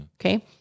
Okay